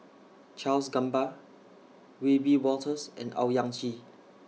Charles Gamba Wiebe Wolters and Owyang Chi